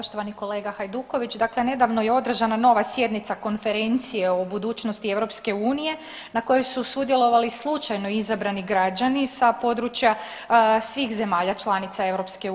Poštovani kolega Hajduković dakle nedavno je održana nova sjednica konferencije o budućnosti EU na kojoj su sudjelovali slučajno izabrani građani sa područja svih zemalja članica EU.